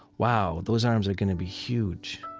wow, those arms are going to be huge,